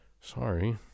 Sorry